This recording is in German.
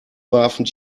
warfen